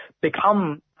become